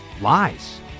lies